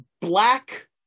black